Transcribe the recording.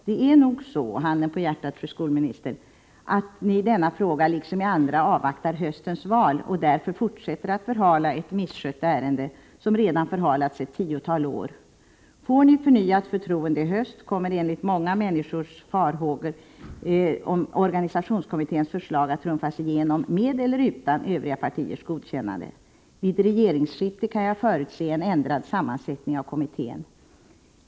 Det är nog så — handen på hjärtat, fru skolminister — att ni i denna fråga liksom i andra avvaktar höstens val och därför fortsätter att förhala ett misskött ärende som redan förhalats ett tiotal år. Får ni förnyat förtroende i höst kommer enligt många människors farhågor organisationskommitténs förslag att trumfas igenom — med eller utan övriga partiers godkännande. Blir det regeringsskifte kan jag förutse en ändrad sammansättning av kommittén.